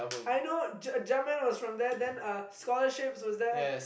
I know ju~ jump man was from there then uh scholarships was there